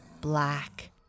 black